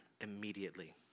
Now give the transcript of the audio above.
immediately